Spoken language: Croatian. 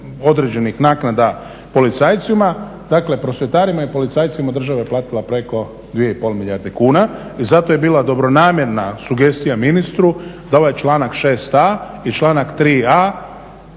određenih naknada policajcima. Dakle, prosvjetarima i policajcima država je platila preko 2 i pol milijarde kuna i zato je bila dobronamjerna sugestija ministru da ovaj članak 6a. i članak 3a.